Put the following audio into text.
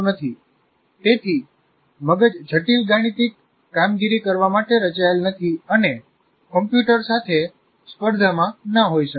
તેથી મગજ જટિલ ગાણિતિક કામગીરી કરવા માટે રચાયેલ નથી અને કમ્પ્યુટર સાથે સ્પર્ધામાં ના હોઈ શકે